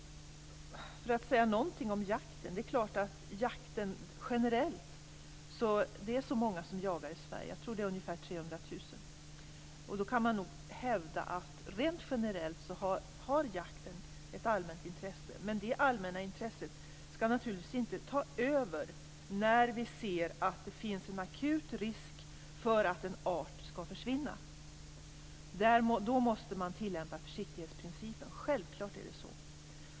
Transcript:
För att säga någonting om jakten är det ju många som jagar i Sverige - jag tror att det är ungefär 300 000. Rent generellt kan man nog alltså hävda att jakten har ett allmänt intresse. Men det allmänna intresset skall naturligtvis inte ta över när vi ser att det finns en akut risk att en art skall försvinna. Då måste man tillämpa försiktighetsprincipen. Självklart är det så.